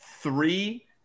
Three